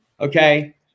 Okay